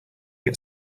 get